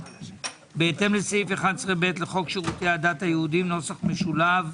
בהתאם לסעיף 11ב לחוק שרותי הדת היהודים (נוסח משולב)